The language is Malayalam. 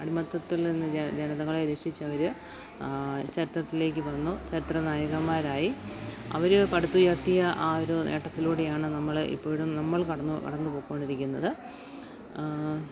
അടിമത്തത്തിൽ നിന്ന് ജനതകളെ രക്ഷിച്ചവര് ചരിത്രത്തിലേക്ക് വന്നു ചരിത്ര നായകന്മാരായി അവര് പടുത്തുയർത്തിയ ആ ഒരു നേട്ടത്തിലൂടെയാണ് നമ്മള് ഇപ്പോഴും നമ്മൾ കടന്ന് കടന്ന് പൊയ്ക്കോണ്ടിരിക്കുന്നത്